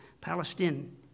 Palestine